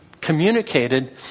communicated